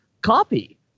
copy